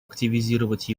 активизировать